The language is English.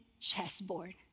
chessboard